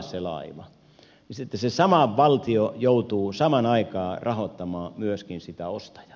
sitten se sama valtio joutuu samaan aikaan rahoittamaan myöskin sitä ostajaa